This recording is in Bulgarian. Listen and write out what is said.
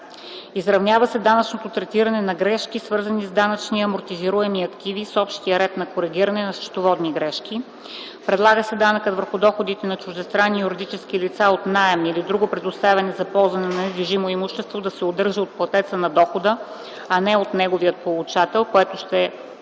изравнява се данъчното третиране на грешки, свързани с данъчни амортизируеми активи с общия ред за коригиране на счетоводни грешки; - предлага се данъкът върху доходите на чуждестранни юридически лица от наем или друго предоставяне за ползване на недвижимо имущество да се удържа от платеца на дохода, а не от неговия получател, което ще е